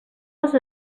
les